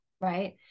right